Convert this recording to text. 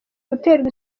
guterwa